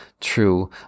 true